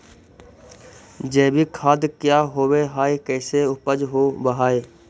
जैविक खाद क्या होब हाय कैसे उपज हो ब्हाय?